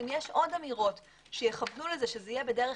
אם יש עוד אמירות שיכוונו לזה שזה יהיה בדרך